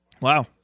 Wow